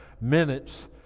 minutes